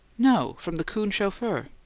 no from the coon chauffeur.